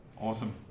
awesome